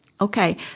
Okay